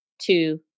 Two